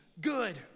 good